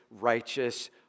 righteous